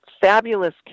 fabulous